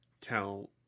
tell